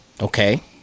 okay